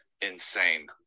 insane